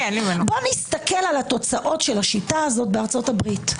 בוא נסתכל על תוצאות השיטה הזו בארצות הברית.